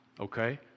Okay